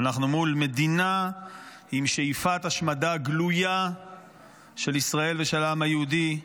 אנחנו מול מדינה עם שאיפת השמדה גלויה של ישראל ושל העם היהודי,